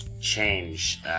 change